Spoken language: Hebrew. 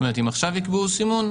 כלומר אם עכשיו יקבעו סימון,